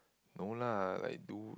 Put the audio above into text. no lah like do